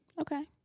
Okay